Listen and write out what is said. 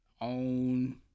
Own